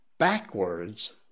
Backwards